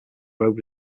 road